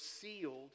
sealed